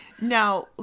now